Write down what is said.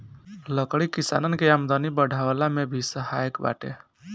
लकड़ी किसानन के आमदनी बढ़वला में भी सहायक बाटे